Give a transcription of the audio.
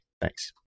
Thanks